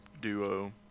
duo